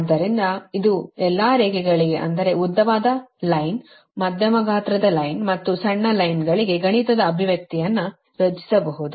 ಆದ್ದರಿಂದ ಇದು ಎಲ್ಲ ರೇಖೆಗಳಿಗೆ ಅಂದರೆ ಉದ್ದವಾದ ಲೈನ್ ಮಧ್ಯಮ ಗಾತ್ರದ ಲೈನ್ ಮತ್ತು ಸಣ್ಣ ಲೈನ್ ಗಳಿಗೆ ಗಣಿತದ ಅಭಿವ್ಯಕ್ತಿಯನ್ನು ರಚಿಸಬಹುದು